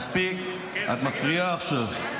מספיק, את מפריעה עכשיו.